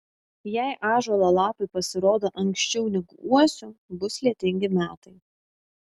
jei ąžuolo lapai pasirodo anksčiau negu uosių bus lietingi metai